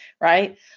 right